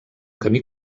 camí